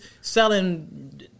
selling